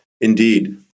indeed